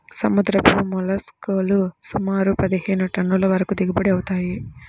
సముద్రపు మోల్లస్క్ లు సుమారు పదిహేను టన్నుల వరకు దిగుబడి అవుతాయి